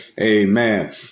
Amen